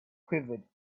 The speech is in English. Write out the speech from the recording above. quivered